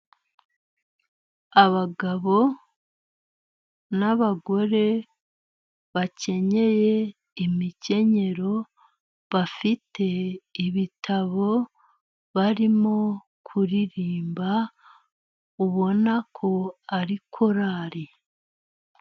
Abagabo n'abagore bakenyeye imikenyero ,bafite ibitabo barimo kuririmba ubona ko ari korari.